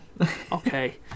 Okay